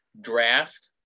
draft